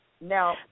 Now